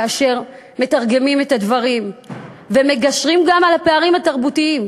כאשר מתרגמים את הדברים ומגשרים גם על הפערים התרבותיים,